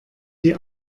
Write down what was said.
die